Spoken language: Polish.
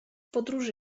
podróży